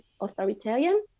authoritarian